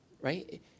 Right